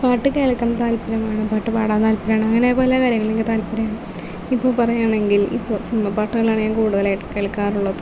പാട്ട് കേൾക്കാൻ താല്പര്യമാണ് പാട്ട് പാടാൻ താല്പര്യമാണ് അങ്ങനെ പല കാര്യങ്ങൾ എനിക്ക് താല്പര്യമാണ് ഇപ്പോൾ പറയുകയാണെങ്കിൽ ഇപ്പോൾ സിനിമ പാട്ടുകളാണ് ഞാൻ കൂടുതലായിട്ട് കേൾക്കാറുള്ളത്